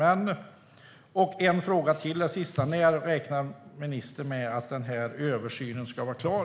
En sista fråga: När räknar ministern med att översynen ska vara klar?